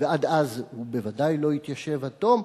ועד אז הוא בוודאי לא יתיישב עד תום.